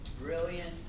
brilliant